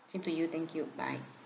same to you thank you bye